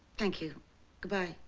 thank you goodbye.